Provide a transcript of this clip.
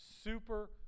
super